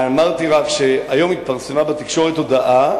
אמרתי שהיום התפרסמה בתקשורת הודעה,